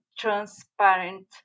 Transparent